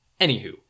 anywho